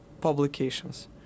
publications